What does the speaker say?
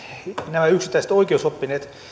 nämä yksittäiset oikeusoppineet